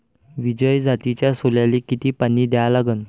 विजय जातीच्या सोल्याले किती पानी द्या लागन?